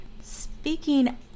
Speaking